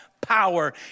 power